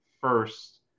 first